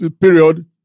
period